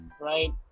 right